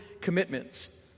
commitments